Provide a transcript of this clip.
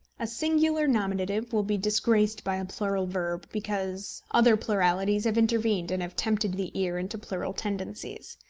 a singular nominative will be disgraced by a plural verb, because other pluralities have intervened and have tempted the ear into plural tendencies.